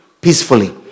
Peacefully